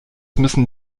müssen